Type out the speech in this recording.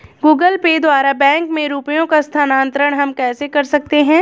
Google Pay द्वारा bank में रुपयों का स्थानांतरण हम कैसे कर सकते हैं?